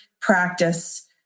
practice